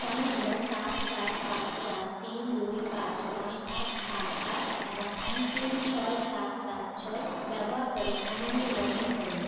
phone number সাত সাত পাঁচ চার তিন দুই পাঁচ নয় এক পাঁচ পাঁচ এবং এমপিন ছয় সাত সাত ছয় ব্যবহার করে উমঙে লগ ইন করুন